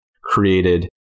created